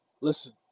listen